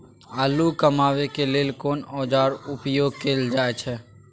आलू कमाबै के लेल कोन औाजार उपयोग कैल जाय छै?